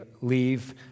leave